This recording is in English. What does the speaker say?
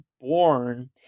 born